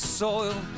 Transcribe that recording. soil